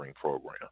program